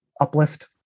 uplift